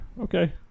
Okay